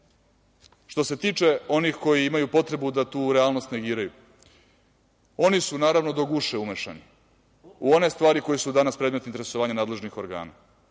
se tiče onih koji imaju potrebu da tu realnost negiraju, oni su, naravno, do guše umešani u one stvari koje su danas predmet interesovanja nadležnih organa.